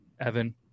Evan